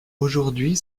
aujourd’hui